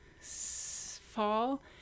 fall